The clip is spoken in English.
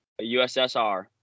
USSR